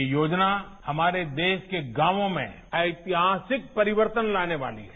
ये योजना हमारे देश के गांवों में ऐतिहासिक परिवर्तन लाने वाली है